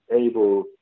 able